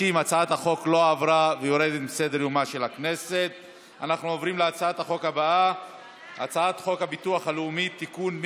ההצעה להעביר לוועדה את הצעת חוק הביטוח הלאומי (תיקון,